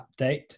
update